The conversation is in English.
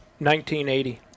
1980